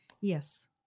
Yes